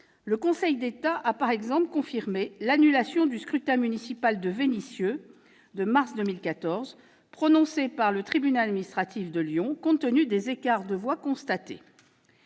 le Conseil d'État a par exemple confirmé l'annulation du scrutin municipal de Vénissieux de mars 2014 prononcée par le tribunal administratif de Lyon, compte tenu des écarts de voix constatés.